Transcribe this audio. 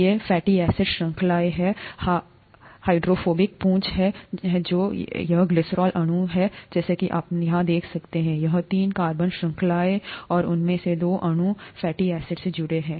ये fatty acid श्रृंखलाएं हैं हाइड्रोफोबिक पूंछ जो यहां हैं और यह ग्लिसरॉल अणु है जैसा कि आप यहां देख सकते हैं यहां तीन कार्बन श्रृंखलाएं और उनमें से दो ओ अणु फैटी एसिड से जुड़े हैं